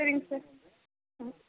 சரிங்க சார் ம்